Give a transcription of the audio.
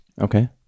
Okay